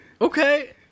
Okay